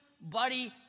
buddy